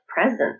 present